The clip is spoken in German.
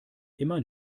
immer